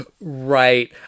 Right